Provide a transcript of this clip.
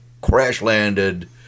crash-landed